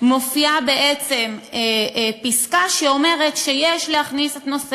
מופיעה פסקה שאומרת שצריך להכניס את נושא